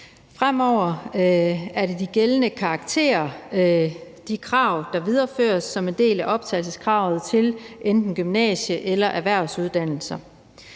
Fremover er det de gældende karakterkrav, der videreføres som en del af optagelseskravene på enten gymnasiet eller erhvervsuddannelserne.